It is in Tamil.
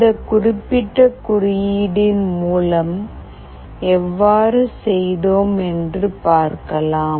இந்த குறிப்பிட்ட குறியீடு ன் மூலம் எவ்வாறு செய்தோம் என்று பார்க்கலாம்